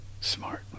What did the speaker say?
smart